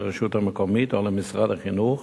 לרשות המקומית או למשרד החינוך